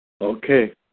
Okay